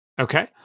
Okay